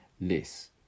less